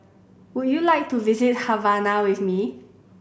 would you like to visit Havana with me